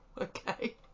okay